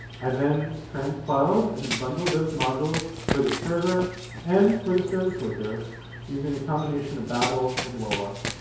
i then transpiled and bundled those modules for the server and for the service worker using a combination of babel and rollup.